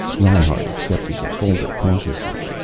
reinhart accepted the folder cautiously.